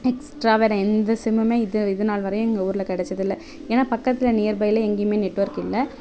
extra வேற எந்த சிம்மும் இது இது நாள் வரையும் எங்கள் ஊரில் கிடைச்சதில்ல ஏன்னா பக்கத்தில் நியர்பையில் எங்கேயுமே நெட்ஒர்க் இல்லை